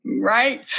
right